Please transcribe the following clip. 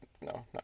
No